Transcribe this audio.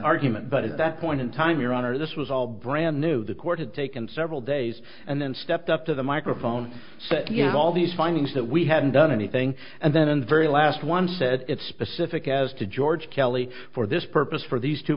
argument but at that point in time your honor this was all brand new the court had taken several days and then stepped up to the microphone so you know all these findings that we hadn't done anything and then in the very last one said it's specific as to george kelly for this purpose for these two